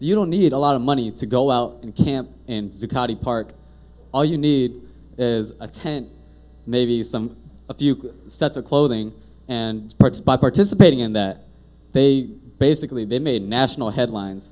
you don't need a lot of money to go out and camp in zuccotti park all you need is a tent maybe some of you could set a clothing and parts by participating in that they basically they made national headlines